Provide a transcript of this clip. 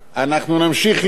אנחנו נמשיך לבנות,